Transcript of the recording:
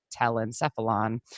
telencephalon